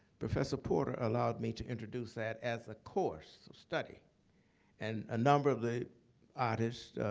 professor porter allowed me to introduce that as a course of study and a number of the artists,